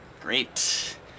Great